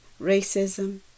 racism